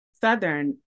Southern